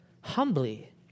Humbly